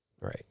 right